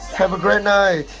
have a great night!